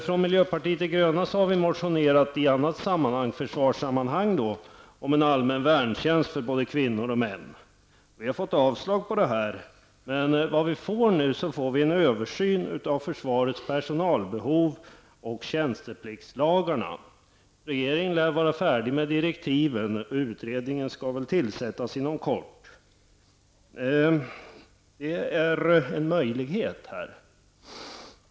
Från miljöpartiet de gröna har vi i annat sammanhang -- försvarssammanhang -- motionerat om en allmän värntjänst för både kvinnor och män. Vi har fått det förslaget avslaget, men nu får vi en översyn av försvarets personalbehov och tjänstepliktslagarna. Regeringen lär vara färdig med direktiven, och utredningen kan väl tillsättas inom kort. Det är en möjlighet.